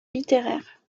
littéraire